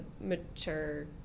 mature